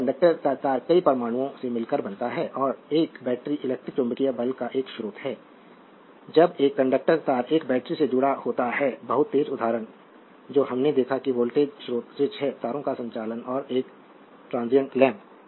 तो कंडक्टर का तार कई परमाणुओं से मिलकर बनता है और एक बैटरी इलेक्ट्रिक चुम्बकीय बल का एक स्रोत है जब एक कंडक्टर तार एक बैटरी से जुड़ा होता है बहुत तेज़ उदाहरण जो हमने देखा कि वोल्टेज स्रोत स्विच है तारों का संचालन और एक ट्रांसिएंट लैंप